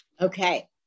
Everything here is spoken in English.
Okay